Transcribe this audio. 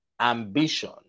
ambition